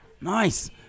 nice